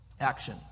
action